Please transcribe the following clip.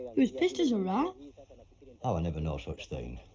was pissed as a rat. i were never no such thing.